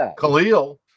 Khalil